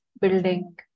building